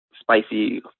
spicy